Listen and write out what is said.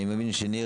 אני מבין שניר,